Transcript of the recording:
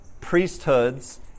priesthoods